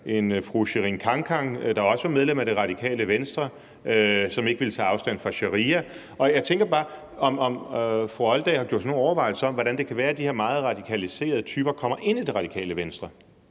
en fru Sherin Khankan, der også var medlem af Det Radikale Venstre, som ikke ville tage afstand fra sharia. Og jeg tænker bare, om fru Kathrine Olldag har gjort sig nogen overvejelser om, hvordan det kan være, de her meget radikaliserede typer kommer ind i Radikale Venstre.